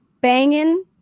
banging